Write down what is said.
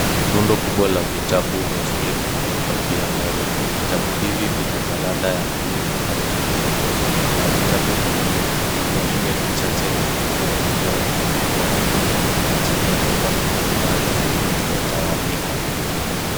Rundo kubwa la vitabu vya shule vimewekwa juu ya meza. Vitabu hivi vina jalada ya bluu hafifu. Kuna vitabu vingine vichache nyuma vikiwa vimefungwa kamba na chini ya meza kuna nyaya za umeme zimetawanyika.